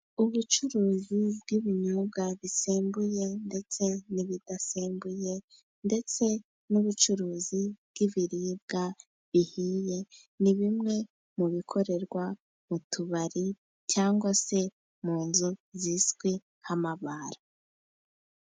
Ubucuruzi bw'ibinyobwa bisembuye ndetse n'ibidasembuye, ndetse n'ubucuruzi bw'ibiribwa bihiye, ni bimwe mu bikorerwa mu tubari, cyangwa se mu nzu zizwi nk'amabara.